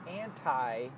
anti